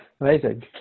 Amazing